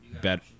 better